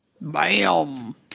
Bam